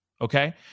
Okay